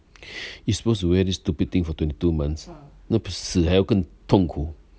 you supposed to wear this stupid thing for twenty two months 那不是死还要更痛苦